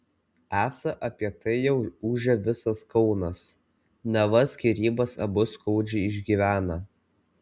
esą apie tai jau ūžia visas kaunas neva skyrybas abu skaudžiai išgyvena